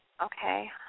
okay